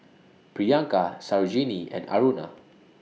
Priyanka Sarojini and Aruna